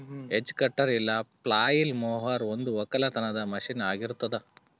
hedge cutter ಇಲ್ಲ flail mower ಒಂದು ಒಕ್ಕಲತನದ ಮಷೀನ್ ಆಗಿರತ್ತುದ್